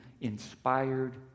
inspired